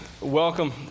welcome